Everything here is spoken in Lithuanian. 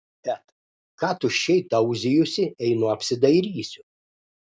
et ką tuščiai tauzijusi einu apsidairysiu